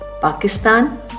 Pakistan